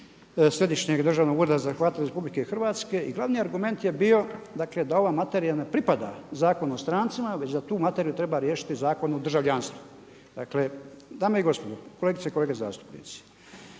Središnjeg državnog ureda za Hrvate RH i glavni argument je bio da ova materija ne pripada Zakonu o strancima, već da tu materiju treba riješiti Zakonom o državljanstvu. Dame i gospodo, kolegice i kolege zastupnici,